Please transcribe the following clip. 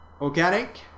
organic